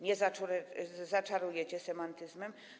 Nie zaczarujecie semantyzmem.